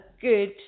good